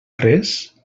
res